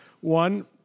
one